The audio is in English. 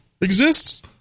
exists